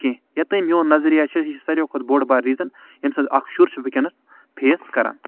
کیٚنٛہہ یوتام میون نَظریا چھُ یہِ چھُ ساروِیو کھۄتہٕ بوڑ بارٕ ریٖزن ییٚمہِ سۭتۍ اکھ شُر چھُ وونکٮ۪نس فیس کَران